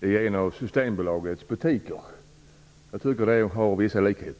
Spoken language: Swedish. i en av Systembolagets butiker. Det finns vissa likheter.